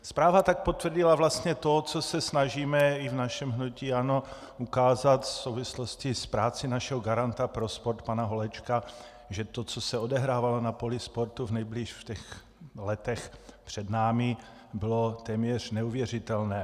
Zpráva tak potvrdila vlastně to, co se snažíme i našem hnutí ANO ukázat v souvislosti s prací našeho garanta pro sport pana Holečka, že to, co se odehrávalo na poli sportu v letech před námi, bylo téměř neuvěřitelné.